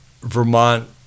Vermont